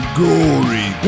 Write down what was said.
gory